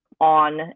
on